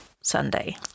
Sunday